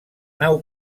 nau